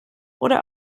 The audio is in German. oder